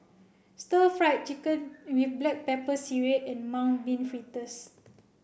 Stir Fried Chicken with Black Pepper Sireh and Mung Bean Fritters